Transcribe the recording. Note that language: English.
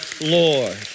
Lord